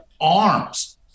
arms